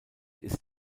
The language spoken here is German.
ist